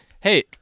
hey